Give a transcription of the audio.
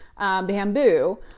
Bamboo